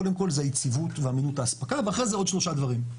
קודם כל זה היציבות ואמינות האספקה ואחרי זה עוד שלושה דברים.